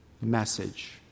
message